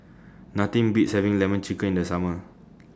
Nothing Beats having Lemon Chicken in The Summer